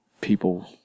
people